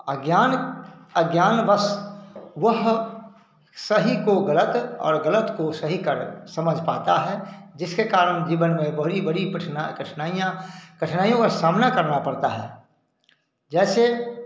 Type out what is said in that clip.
अज्ञान अज्ञानवश वह सही को गलत और गलत को सही कर समझ पाता है जिसके कारण जीवन में बड़ी बड़ी कठिना कठिनाइयाँ कठिनाइयों का सामना करना पड़ता है जैसे